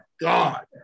God